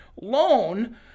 loan